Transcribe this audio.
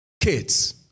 kids